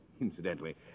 Incidentally